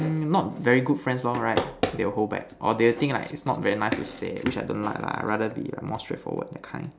mm not very good friends loh right they will hold back or they will think like is not very nice to say which I don't like lah I rather be a more straightforward that kind